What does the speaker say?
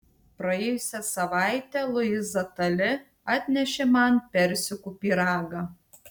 praėjusią savaitę luiza tali atnešė man persikų pyragą